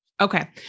Okay